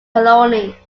colony